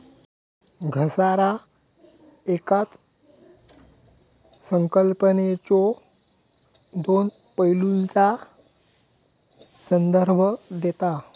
घसारा येकाच संकल्पनेच्यो दोन पैलूंचा संदर्भ देता